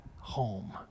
home